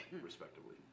respectively